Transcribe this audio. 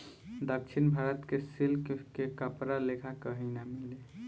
दक्षिण भारत के सिल्क के कपड़ा लेखा कही ना मिले